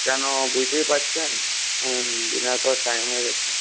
কেন বুঝতেই পারছেন ডিনার করার টাইম হয়ে গেছে